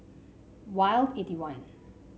Wild eight one